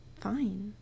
Fine